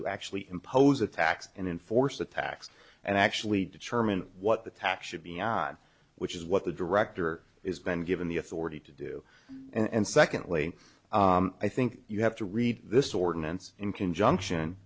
to actually impose a tax and enforce a tax and actually determine what the tax should be on which is what the director is been given the authority to do and secondly i think you have to read this ordinance in conjunction